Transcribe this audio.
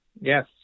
Yes